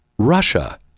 Russia